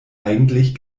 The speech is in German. eigentlich